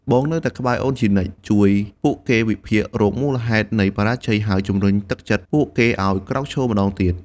បងនៅក្បែរអូនជានិច្ច! ជួយពួកគេវិភាគរកមូលហេតុនៃបរាជ័យ ហើយជំរុញទឹកចិត្តពួកគេឲ្យក្រោកឈរម្តងទៀត។